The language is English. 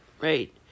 right